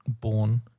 born